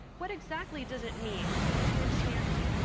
what exactly does it mean to enchant me,